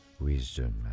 Wisdom